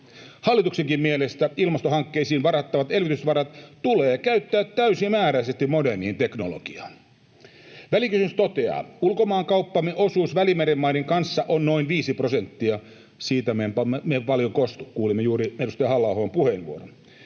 Hallituksenkin mielestä ilmastohankkeisiin varattavat elvytysvarat tulee käyttää täysimääräisesti moderniin teknologiaan. Välikysymys toteaa, että ”ulkomaankauppamme osuus Välimeren maiden kanssa on noin 5 prosenttia” ja siitä me emme paljon kostu — kuulimme juuri edustaja Halla-ahon puheenvuoron.